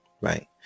right